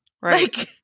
Right